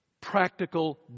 Practical